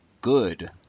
good